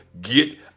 Get